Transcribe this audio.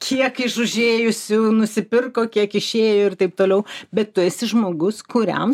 kiek iš užėjusių nusipirko kiek išėjo ir taip toliau bet tu esi žmogus kuriam